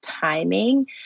timing